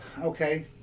Okay